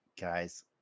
Guys